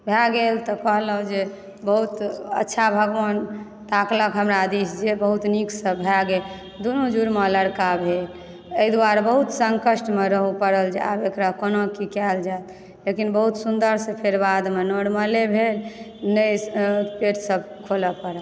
भए गेल तऽ कहलहुॅं जे बहुत अच्छा भगवान ताकलक हमरा दिश जे बहुत नीकसँ भए गेल दुनू जुरमा लड़का भेल एहि दुआरे बहुत सकंटमे रहुॅं परल जे आब एकरा कोना की कएल जाए लेकिन बहुत सुन्दरसँ बादमे फ़ेर नॉर्मले भेल नहि पेट खोलऽ पड़ल